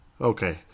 okay